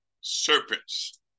serpents